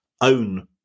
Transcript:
own